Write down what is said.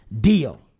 deal